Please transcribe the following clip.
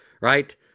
right